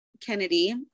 Kennedy